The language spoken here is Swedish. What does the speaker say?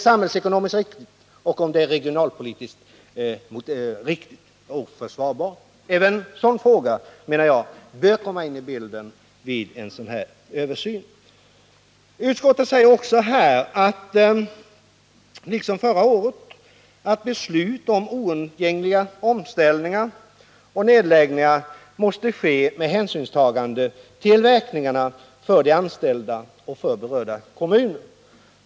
samhällsekonomiskt och regionalpolitiskt riktigt och försvarbart. Även en sådan fråga, menar jag, bör komma in i bilden vid en översyn. Utskottet säger liksom förra året att beslut om oundgängliga omställningar och nedläggningar måste ske med hänsynstagande till verkningarna för de anställda och för berörda kommuner.